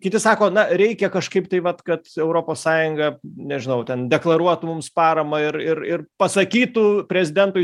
kiti sako na reikia kažkaip tai vat kad europos sąjunga nežinau ten deklaruotų mums paramą ir ir ir pasakytų prezidentui